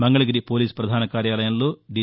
Mangalagiri police ప్రధాన కార్యాలయంలో D